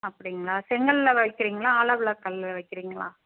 அப்படிங்களா செங்கல்லை வைக்கிறீர்களா ஆலாப்புழா கல்லை வைக்கிறீங்களா